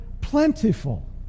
plentiful